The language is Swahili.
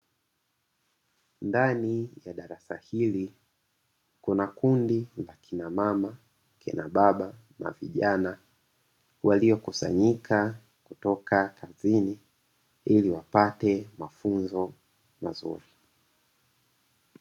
Ndani ya darasa hili, kuna kundi la akina mama, akina baba na vijana walio kusanyika kutoka kazini, ili wapate mafunzo mazuri.